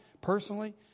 personally